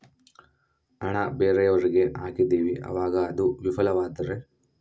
ಹಣ ಬೇರೆಯವರಿಗೆ ಹಾಕಿದಿವಿ ಅವಾಗ ಅದು ವಿಫಲವಾದರೆ?